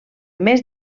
més